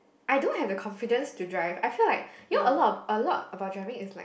I don't have the confidence to drive I feel like you know a lot of a lot about driving is like